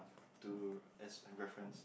to as an reference